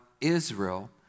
Israel